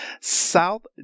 South